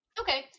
Okay